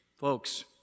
Folks